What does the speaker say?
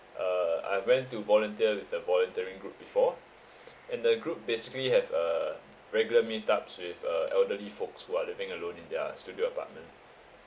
uh I went to volunteer with the volunteering group before and the group basically have a regular meet ups with uh elderly folks who are living alone in their studio apartment